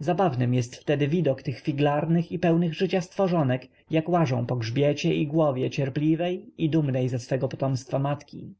zabawnym jest wtedy widok tych figlarnych i pełnych życia stworzonek jak łażą po grzbiecie i głowie cierpliwej i dumnej ze swego potomstwa matki